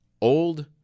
old